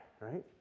right